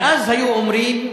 ואז היו אומרים: